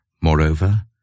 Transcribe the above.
Moreover